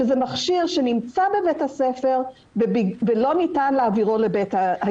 שזה מכשיר שנמצא בבית הספר ולא ניתן להעבירו לבית הילד.